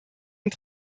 und